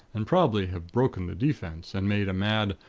and probably have broken the defense, and made a mad,